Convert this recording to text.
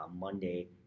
Monday